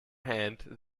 hand